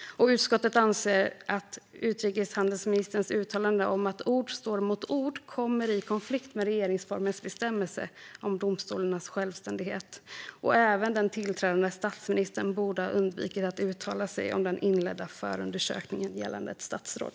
Utskottet anser att utrikeshandelsministerns uttalande om att ord står mot ord står i konflikt med regeringsformens bestämmelse om domstolarnas självständighet. Även den tillträdande statsministern borde ha undvikit att uttala sig om den inledda förundersökningen gällande ett statsråd.